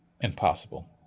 impossible